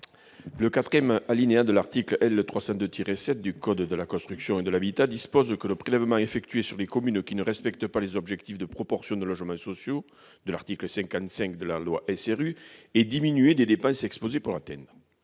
Le quatrième alinéa de l'article L. 302-7 du code de la construction et de l'habitation dispose que le prélèvement effectué sur les communes qui ne respectent pas les objectifs de proportion de logements sociaux de l'article 55 de la loi SRU est diminué des dépenses exposées pour l'atteindre.